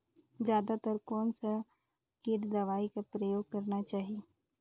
जादा तर कोन स किट दवाई कर प्रयोग करना चाही?